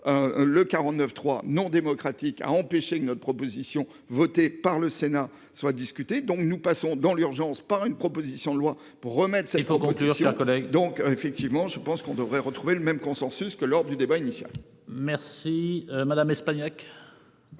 Le 49.3 non démocratique a empêché que notre proposition votée par le Sénat soit discuté donc nous passons dans l'urgence par une proposition de loi pour remettre ça, il faut construire sur ma collègue donc effectivement je pense qu'on devrait retrouver le même consensus que lors du débat initial. Merci Madame Espagnac.